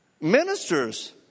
ministers